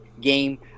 Game